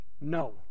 no